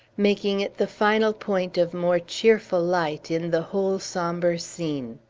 making it the final point of more cheerful light in the whole sombre scene.